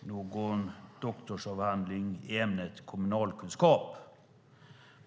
någon doktorsavhandling i ämnet kommunalkunskap.